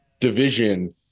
division